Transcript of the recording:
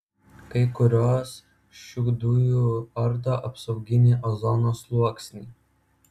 kai kurios šių dujų ardo apsauginį ozono sluoksnį